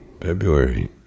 February